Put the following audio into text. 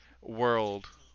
world